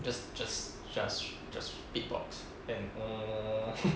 just just just just beatbox and